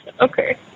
Okay